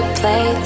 play